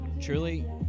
truly